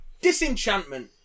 Disenchantment